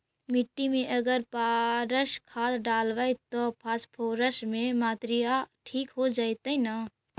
मिट्टी में अगर पारस खाद डालबै त फास्फोरस के माऋआ ठिक हो जितै न?